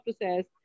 process